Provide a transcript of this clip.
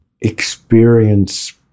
experience